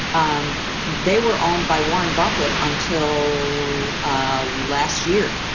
um they were owned by warren buffett until ah last year.